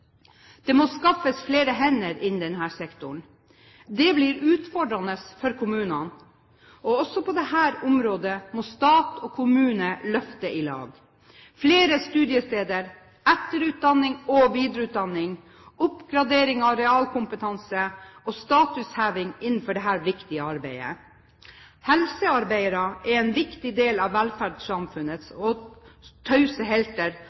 Det må skaffes flere hender innen denne sektoren. Det blir utfordrende for kommunene, og også på dette området må stat og kommune løfte i lag: flere studiesteder, etterutdanning og videreutdanning, oppgradering av realkompetanse og statusheving innenfor dette viktige arbeidet. Helsearbeidere er en viktig del av velferdssamfunnets tause helter